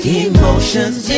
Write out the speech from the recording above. emotions